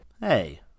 Hey